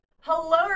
Hello